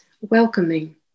welcoming